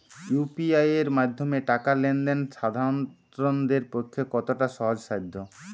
UPI এর মাধ্যমে টাকা লেন দেন সাধারনদের পক্ষে কতটা সহজসাধ্য?